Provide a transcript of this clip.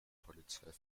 polizei